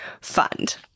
fund